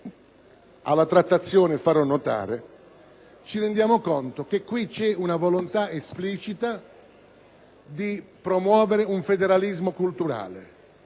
trattazione farò notare, ci rendiamo conto che qui c'è una volontà esplicita di promuovere un federalismo culturale,